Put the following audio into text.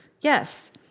yes